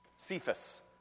Cephas